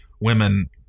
women